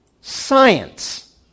science